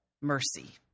mercy